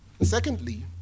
Secondly